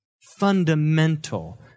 fundamental